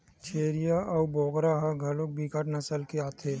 छेरीय अऊ बोकरा ह घलोक बिकट नसल के आथे